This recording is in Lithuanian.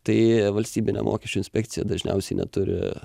tai valstybinė mokesčių inspekcija dažniausiai neturi